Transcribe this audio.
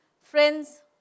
Friends